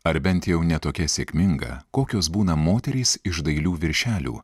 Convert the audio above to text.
ar bent jau ne tokia sėkminga kokios būna moterys iš dailių viršelių